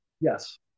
Yes